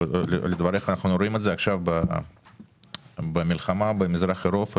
אנחנו רואים את זה במלחמה במזרח אירופה,